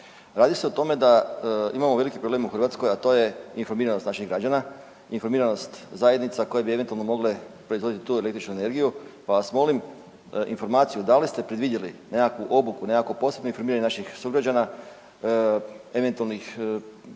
Radi se o tome da imamo veliki problem u Hrvatskoj, a to je informiranost naših građana, informiranost zajednica koje bi eventualno mogle proizvoditi tu električnu energiju, pa vas molim informaciju da li ste predvidjeli nekakvu obuku, nekakvo posebno informiranje naših sugrađana, eventualnih